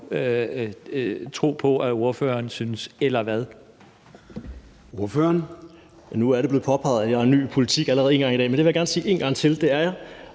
Kl. 14:04 Steffen W. Frølund (LA): Nu er det blevet påpeget, at jeg er ny i politik, allerede en gang i dag, men det vil jeg gerne sige en gang til; det er jeg.